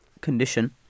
condition